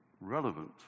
relevant